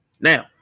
Now